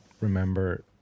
remember